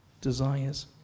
desires